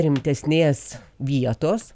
rimtesnės vietos